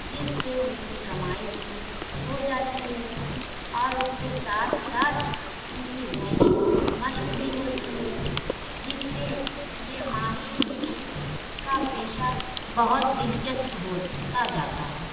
جس سے ان کی کمائی بھی ہو جاتی ہے اور اس کے ساتھ ساتھ ان کی ذہنی مشق بھی ہوتی ہے جس سے یہ ماہی گیری کا پیشہ بہت دل چسپ ہوتا جاتا ہے